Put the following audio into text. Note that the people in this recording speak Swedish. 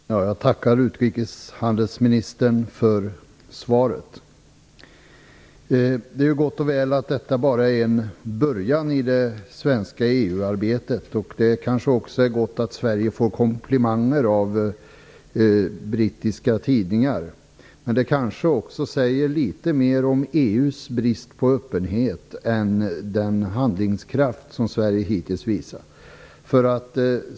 Herr talman! Jag tackar utrikeshandelsministern för svaret. Det är ju gott och väl att detta bara är en början i det svenska EU-arbetet. Det är kanske också gott att Sverige får komplimanger av brittiska tidningar. Men det säger kanske också litet mer om EU:s brist på öppenhet än vad det säger om den handlingskraft som Sverige hittills visat.